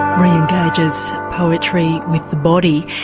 re-engages poetry with the body.